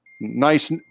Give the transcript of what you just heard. Nice